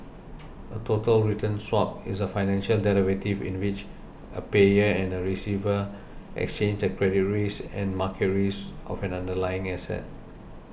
a total return swap is a financial derivative in which a payer and receiver exchange the credit risk and market risk of an underlying asset